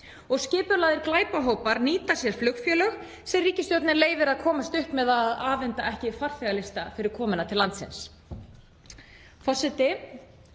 og skipulagðir glæpahópar nýta sér flugfélög sem ríkisstjórnin leyfir að komast upp með að afhenda ekki farþegalista fyrir komuna til landsins. Forseti.